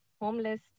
homeless